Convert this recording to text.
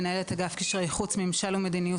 מנהלת אגף קשרי חוץ ממשל ומדיניות